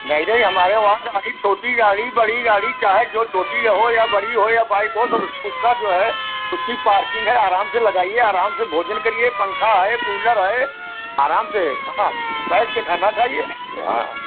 नहीं नही हमारे वहाँ गाड़ी छोटी गाड़ी बड़ी गाड़ी चाहे जो छोटी हो या बड़ी हो या बाइक हो सब उसका जो है उसकी पार्किंग है आराम से लगाइए आराम से भोजन करिए पंखा है कूलर है आराम से हाँ बैठ कर खाना खाइए हाँ